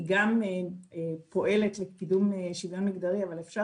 היא גם פועלת לקידום שוויון מגדרי אבל אפשר